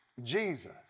Jesus